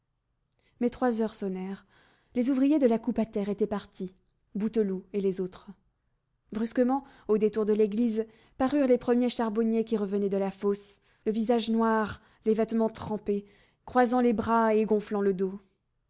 mais trois heures sonnèrent les ouvriers de la coupe à terre étaient partis bouteloup et les autres brusquement au détour de l'église parurent les premiers charbonniers qui revenaient de la fosse le visage noir les vêtements trempés croisant les bras et gonflant le dos